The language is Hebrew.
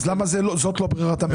אז למה זה לא ברירת המחדל?